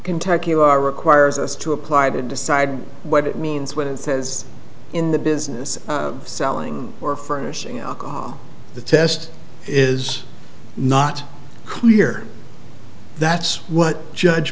kentucky you are requires us to apply to decide what it means when it says in the business of selling or furnishing alcohol the test is not clear that's what judge